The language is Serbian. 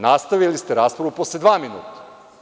Nastavili ste raspravu posle dva minuta.